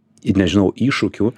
į nežinau iššūkių